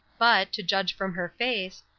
but, to judge from her face,